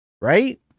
Right